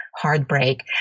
Heartbreak